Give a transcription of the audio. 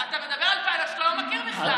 אתה מדבר על פיילוט שאתה לא מכיר בכלל.